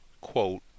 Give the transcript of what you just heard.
quote